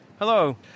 Hello